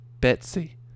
Betsy